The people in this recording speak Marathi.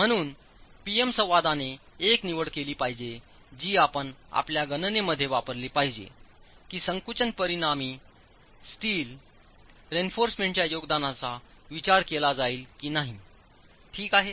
म्हणून P M संवादाने एक निवड केली पाहिजे जी आपण आपल्या गणनेमध्ये वापरली पाहिजे की संकुचन परिणामी स्टील रेइन्फॉर्समेंटच्या योगदानाचा विचार केला जाईल की नाही ठीक आहे